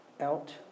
out